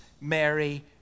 Mary